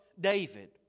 David